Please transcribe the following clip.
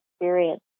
experience